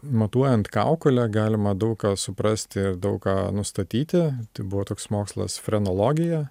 matuojant kaukolę galima daug ką suprasti daug ką nustatyti buvo toks mokslas frenologija